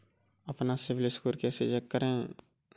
अपना CIBIL score कैसे check करें?